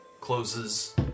closes